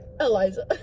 Eliza